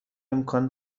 امکان